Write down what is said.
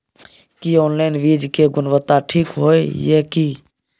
की online बीज के गुणवत्ता ठीक होय ये की?